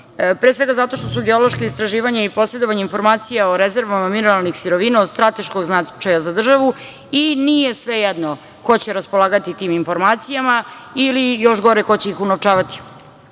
pre svega zato što su geološka istraživanja i posedovanje informacija o rezervama mineralnih sirovina od strateškog značaja za državu i nije svejedno ko će raspolagati tim informacijama ili, još gore, ko će ih unovčavati.